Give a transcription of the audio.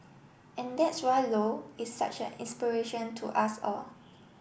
and that's why low is such an inspiration to us all